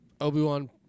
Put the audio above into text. Obi-Wan